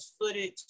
footage